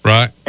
Right